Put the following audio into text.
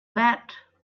that